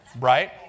right